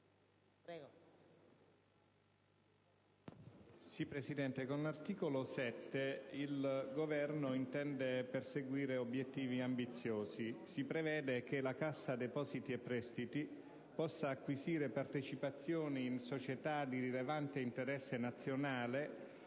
provvedimento in esame il Governo intende perseguire obiettivi ambiziosi. Si prevede che la Cassa depositi e prestiti possa acquisire partecipazioni in società di rilevante interesse nazionale